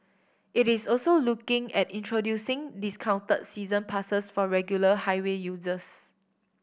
it is also looking at introducing discounted season passes for regular highway users